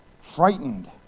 frightened